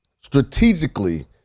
strategically